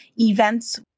events